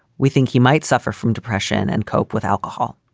we think he might suffer from depression and cope with alcohol.